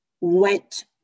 went